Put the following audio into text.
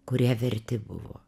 kurie verti buvo